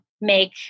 make